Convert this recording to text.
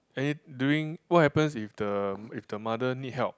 any during what happens if the if the mother need help